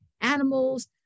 animals